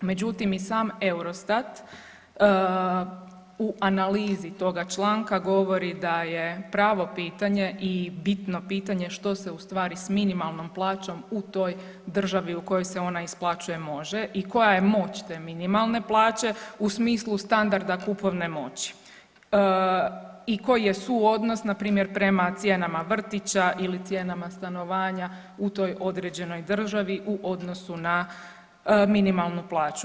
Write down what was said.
Međutim, i sam Eurostat u analizi toga članka govori da je pravo pitanje i bitno pitanje, što se ustvari s minimalnom plaćom u toj državi u kojoj se ona isplaćuje može i koja je moć te minimalne plaće u smislu standarda kupovne moći i koji je suodnos npr. prema cijenama vrtića ili cijenama stanovanja u toj određenoj državi u odnosu na minimalnu plaću.